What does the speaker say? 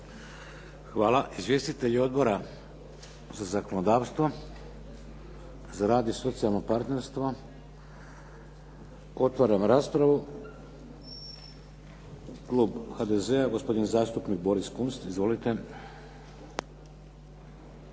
Hvala. Izvjestitelji Odbora za zakonodavstvo? Za rad i socijalno partnerstvo? Otvaram raspravu. Klub HDZ-a, gospodin zastupnik Boris Kunst. Izvolite.